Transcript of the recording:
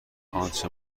آنچه